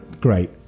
great